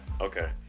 okay